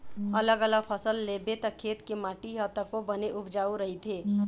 अलग अलग फसल लेबे त खेत के माटी ह तको बने उपजऊ रहिथे